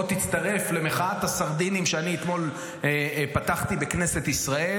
בוא תצטרף למחאת הסרדינים שאני אתמול פתחתי בכנסת ישראל.